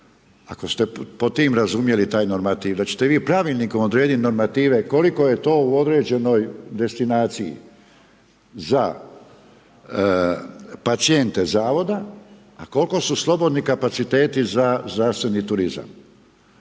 ako ste pod tim razumjeli taj normativ, da ćete vi pravilnikom odrediti normative koliko je to u određenoj destinaciji za pacijente zavoda a koliko su slobodni kapaciteti za zdravstveni turizam